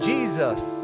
Jesus